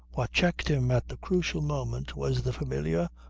what checked him at the crucial moment was the familiar,